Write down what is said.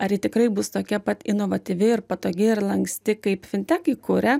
ar ji tikrai bus tokia pat inovatyvi ir patogi ir lanksti kaip fintekai kuria